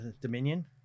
dominion